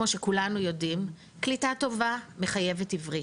כמו שכולנו יודעים קליטה טובה מחייבת עברית.